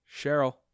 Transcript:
cheryl